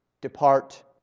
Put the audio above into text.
depart